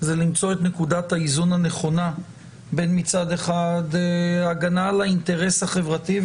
למצוא את נקודת האיזון הנכונה בין הגנה על האינטרס החברתי מצד אחד,